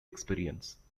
experience